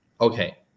Okay